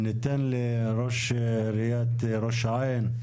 ניתן לראש עיריית ראש העין,